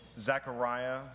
Zechariah